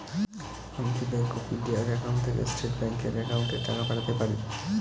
আমি কি bank of India এর একাউন্ট থেকে স্টেট ব্যাংক এর একাউন্টে টাকা পাঠাতে পারি?